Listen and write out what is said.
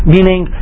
Meaning